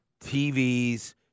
TVs